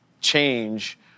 change